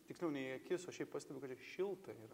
tiksliau ne į akis o šiaip pastebiu kad čia šilta yra